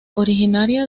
originaria